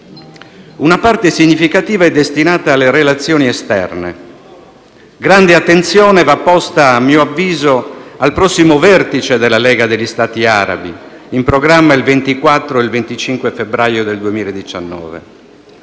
Una parte significativa è destinata alle relazioni esterne. Grande attenzione va posta, a mio avviso, al prossimo vertice della Lega degli Stati Arabi in programma il 24 e il 25 febbraio del 2019.